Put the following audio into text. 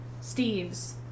Steve's